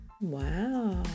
wow